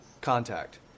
contact